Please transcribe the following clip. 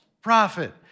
prophet